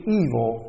evil